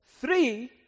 Three